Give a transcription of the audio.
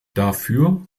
dafür